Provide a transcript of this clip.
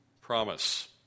promise